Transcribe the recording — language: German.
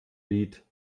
lied